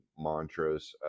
mantras